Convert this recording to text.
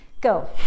go